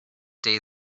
day